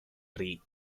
tree